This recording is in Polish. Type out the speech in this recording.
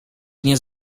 nie